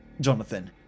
Jonathan